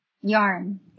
Yarn